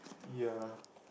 ya